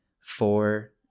four